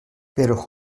però